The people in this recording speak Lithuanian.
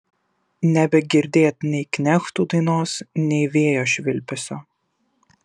nebegirdėt nei knechtų dainos nei vėjo švilpesio